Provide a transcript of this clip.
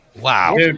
Wow